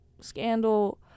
Scandal